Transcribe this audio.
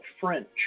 French